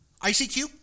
ICQ